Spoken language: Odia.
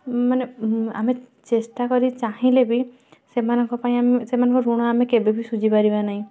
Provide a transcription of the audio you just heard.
ମାନେ ଆମେ ଚେଷ୍ଟା କରି ଚାହିଁଲେ ବି ସେମାନଙ୍କ ପାଇଁ ଆମେ ସେମାନଙ୍କ ଋଣ ଆମେ କେବେ ବି ସୁଝିପାରିବା ନାହିଁ